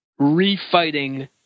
refighting